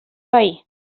veí